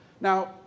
now